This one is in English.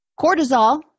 Cortisol